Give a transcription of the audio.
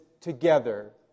together